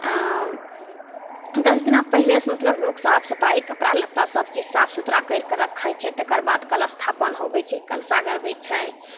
दस दिना पहिलेसे मतलब लोक साफ सफाइ कपड़ा लत्ता सबचीज साफ सुथरा करिके रखै छै तकर बाद कलशस्थापन होबै छै कलशा गड़बै छै